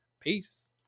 peace